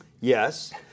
Yes